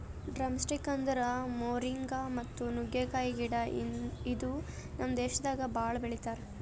drumsticks ಅಂದುರ್ moringa ಮತ್ತ ನುಗ್ಗೆಕಾಯಿ ಗಿಡ ಇದು ನಮ್ ದೇಶದಾಗ್ ಭಾಳ ಬೆಳಿತಾರ್